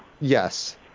Yes